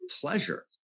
pleasure